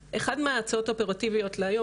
אז אחד מההצעות האופרטיביות להיום,